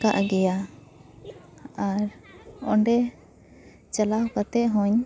ᱟᱠᱟᱫ ᱜᱮᱭᱟ ᱟᱨ ᱚᱸᱰᱮ ᱪᱟᱞᱟᱣ ᱠᱟᱛᱮᱜ ᱦᱚᱸᱧ